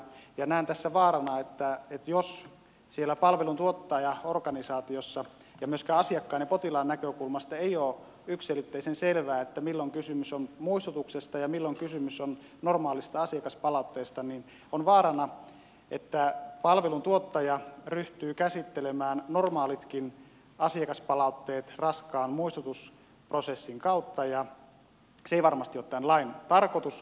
näen tässä vaarana että jos siellä palvelun tuottajaorganisaatiossa ja myöskään asiakkaan ja potilaan näkökulmasta ei ole yksiselitteisen selvää milloin kysymys on muistutuksesta ja milloin kysymys on normaalista asiakaspalautteesta niin palveluntuottaja ryhtyy käsittelemään normaalitkin asiakaspalautteet raskaan muistutusprosessin kautta ja se ei varmasti ole tämän lain tarkoitus